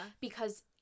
Because-